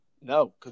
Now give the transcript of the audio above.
No